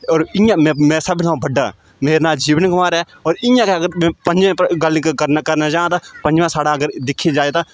होर इ'यां में में सभनीं शा बड्डा मेरा नांऽ जीवन कुमार ऐ होर इ'यां गै अगर में पंजे पर गल्ल क करना करना चा तां पंजमा साढ़ा अगर दिक्खेआ जाये तां